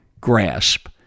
grasp